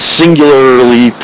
singularly